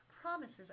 promises